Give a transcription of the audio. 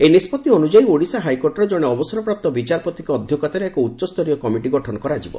ଏହି ନିଷ୍କଭି ଅନୁଯାୟୀ ଓଡ଼ିଶା ହାଇକୋର୍ଟର କଣେ ଅବସରପ୍ରାପ୍ତ ବିଚାରପତିଙ୍କ ଅଧ୍ୟକ୍ଷତାରେ ଏକ ଉଚ୍ଚସ୍ତରୀୟ କମିଟି ଗଠନ କରାଯିବ